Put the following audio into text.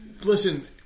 Listen